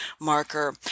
marker